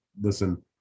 listen